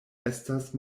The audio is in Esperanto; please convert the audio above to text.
estas